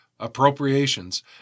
appropriations